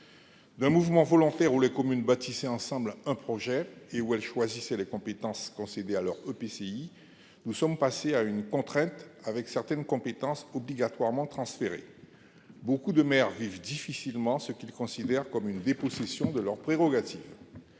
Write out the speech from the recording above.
D'un mouvement volontaire où les communes bâtissaient ensemble un projet et choisissaient les compétences concédées à leur EPCI, nous sommes passés à une contrainte et au transfert obligatoire de certaines attributions. Nombre de maires vivent difficilement ce qu'ils considèrent comme une dépossession de leurs prérogatives,